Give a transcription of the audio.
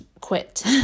quit